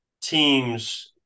teams